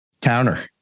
Towner